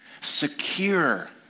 secure